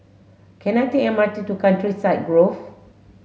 can I take M R T to Countryside Grove